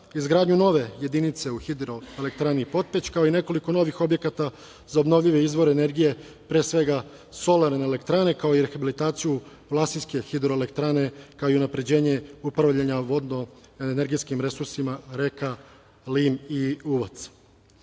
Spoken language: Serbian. izgradnju nove jedinice u HE „Potpeć“, kao i nekoliko novih objekata za obnovljive izvore energije, pre svega solarne elektrane, kao i rehabilitaciju Vlasinske hidroelektrane, kao i unapređenje upravljanja vodno-energetskim resursima reka Lim i Uvac.Za